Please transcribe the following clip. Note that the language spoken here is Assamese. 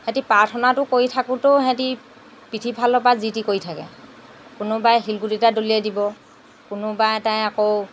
সিহঁতি প্ৰাৰ্থনাটো কৰি থাকোঁতেও সিহঁতি পিঠিৰ ফালৰ পৰা যি টি কৰি থাকে কোনোবাই শিলগুটি এটা দলিয়াই দিব কোনোবা এটাই আকৌ